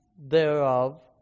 thereof